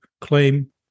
claim